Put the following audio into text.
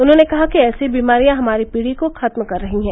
उन्होंने कहा कि ऐसी बीमारियां हमारी पीढ़ी को खत्म कर रही हैं